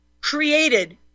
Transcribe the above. created